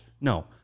No